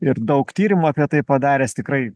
ir daug tyrimų apie tai padaręs tikrai